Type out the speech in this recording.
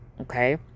Okay